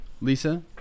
Lisa